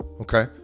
Okay